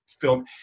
film